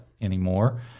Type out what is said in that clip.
anymore